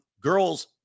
girls